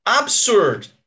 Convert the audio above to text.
Absurd